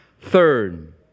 Third